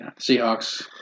Seahawks